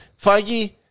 Feige